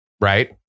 right